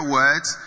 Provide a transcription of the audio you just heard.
words